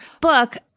book